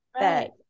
Right